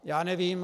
Já nevím.